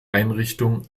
einrichtung